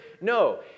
No